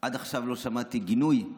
עד עכשיו לא שמעתי גינוי,